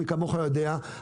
מי כמוך יודע.